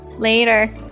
Later